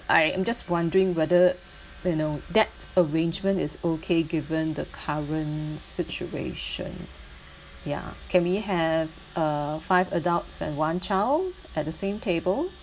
I am just wondering whether you know that arrangement is okay given the current situation ya can we have uh five adults and one child at the same table